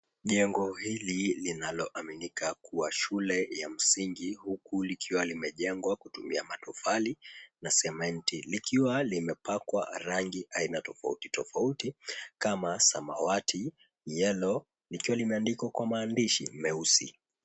Jengo hili linaloaminika kuwa shule ya msingi huku likiwa limejengwa kutumia matofali na sementi. Likiwa limepakwa rangi aina tofauti tofauti kama samawati, yellow , likiwa limeandikwa kwa maandishi meusi.